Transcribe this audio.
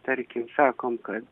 tarkim sakom kad